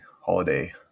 Holiday